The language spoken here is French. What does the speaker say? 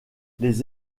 les